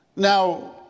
Now